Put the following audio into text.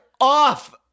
off